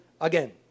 again